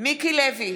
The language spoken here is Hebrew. מיקי לוי,